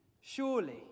Surely